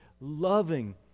loving